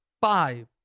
five